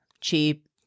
cheap